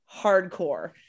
hardcore